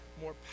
more